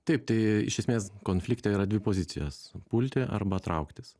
taip tai iš esmės konflikte yra dvi pozicijos pulti arba trauktis